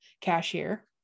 cashier